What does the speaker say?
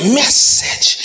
message